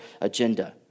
agenda